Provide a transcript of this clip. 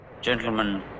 Gentlemen